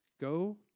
go